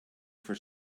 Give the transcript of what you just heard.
for